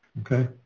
okay